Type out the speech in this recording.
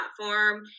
platform